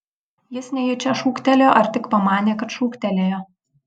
jis nejučia šūktelėjo ar tik pamanė kad šūktelėjo